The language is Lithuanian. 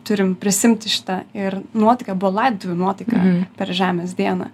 turim prisiimti šitą ir nuotaika buvo laidotuvių nuotaika per žemės dieną